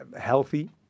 healthy